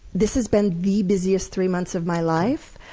this has been the busiest three months of my life.